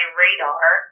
radar